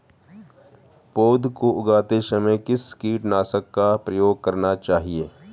पौध को उगाते समय किस कीटनाशक का प्रयोग करना चाहिये?